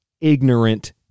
ignorant